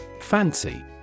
Fancy